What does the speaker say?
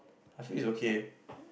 I feel is okay